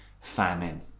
famine